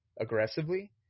aggressively